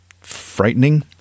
frightening